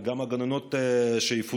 וגם יש גננות שיפוטרו,